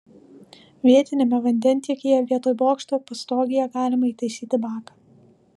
vietiniame vandentiekyje vietoj bokšto pastogėje galima įtaisyti baką